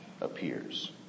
appears